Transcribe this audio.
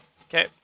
okay